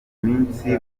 minsi